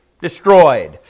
destroyed